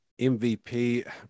MVP